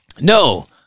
No